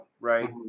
right